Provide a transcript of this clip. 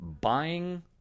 buying